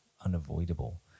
unavoidable